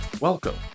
Welcome